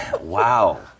Wow